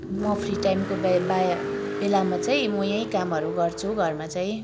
म फ्री टाइमको बेलामा चाहिँ म यहीँ कामहरू गर्छु घरमा चाहिँ